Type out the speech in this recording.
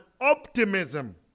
optimism